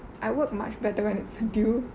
I work much better when it's due